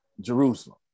Jerusalem